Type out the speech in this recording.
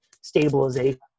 stabilization